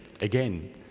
Again